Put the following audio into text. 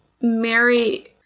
Mary